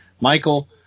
Michael